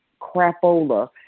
crapola